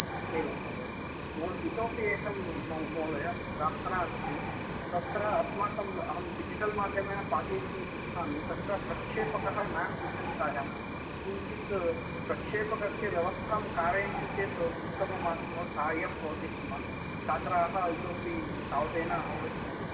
एवम् महोदय महो इतोपि एकं महोदय प्रार्थना अस्ति तत्र अस्माकम् अहं डिजिटल् माध्यमेन पाठयितुम् इच्छामि तत्र प्रक्षेपकः नास्ति कक्षायां किञ्चित् प्रक्षेपकस्य व्यवस्थां कारयन्ति चेत् उत्तमम् आसीत् मम सहायं भवति स्म छात्राः इतोपि सावधेन अवगच्छन्ति